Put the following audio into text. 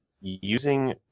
using